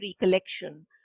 recollection